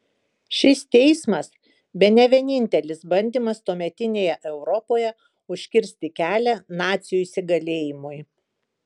šis teismas bene vienintelis bandymas tuometinėje europoje užkirsti kelią nacių įsigalėjimui